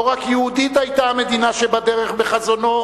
לא רק יהודית היתה המדינה שבדרך בחזונו